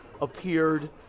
appeared